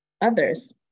Others